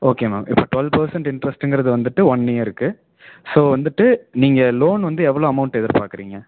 okay ma'am இப்போ twelve percent இன்ட்ரெஸ்ட்டுங்கிறது வந்துவிட்டு ஒன் இயர்க்கு ஸோ வந்துவிட்டு நீங்கள் லோன் வந்து எவ்வளோ அமௌண்ட் எதிர்பார்க்குறீங்க